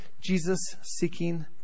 Jesus-seeking